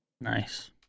Nice